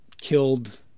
killed